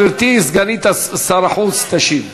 גברתי סגנית שר החוץ תשיב.